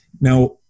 now